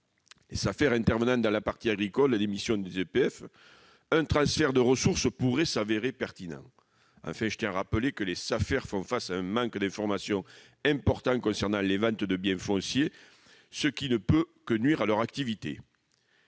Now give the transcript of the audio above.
Les Safer intervenant dans la partie agricole des missions des EPF, un transfert de ressources pourrait s'avérer pertinent. Enfin, je tiens à rappeler que les Safer font face à un manque d'information important concernant les ventes de biens fonciers, ce qui ne peut que nuire à leur activité.